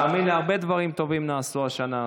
תאמין לי, הרבה דברים טובים נעשו בשנה הזאת.